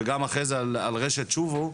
ועל רשת שובו,